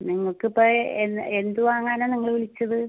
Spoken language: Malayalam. നിങ്ങൾക്കിപ്പോൾ എന്ത് വാങ്ങാനാണ് നിങ്ങൾ വിളിച്ചത്